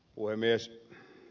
puhemies